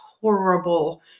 horrible